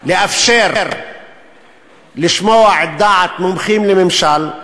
לאפשר לשמוע דעת מומחים לממשל,